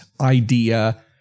idea